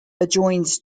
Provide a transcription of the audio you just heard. adjoins